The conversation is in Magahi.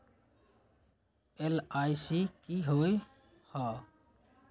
एल.आई.सी की होअ हई?